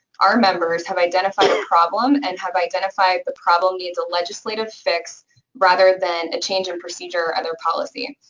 our members, have identified a problem and have identified the problem needs a legislative fix rather than a change in procedure or other policy.